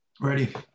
Ready